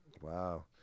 Wow